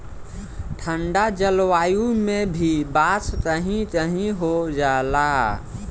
ठंडा जलवायु में भी बांस कही कही हो जाला